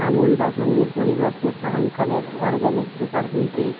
আমুল বাসুন্দির পরিবর্তে farm connect organic super দই পেয়েছি